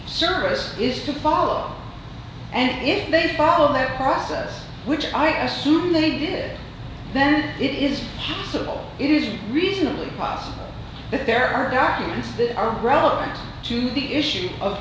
service is to follow and if they follow that process which i assume they did then it is simple it is reasonably possible that there are documents that are relevant to the issue of